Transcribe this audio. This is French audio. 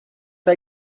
pas